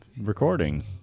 recording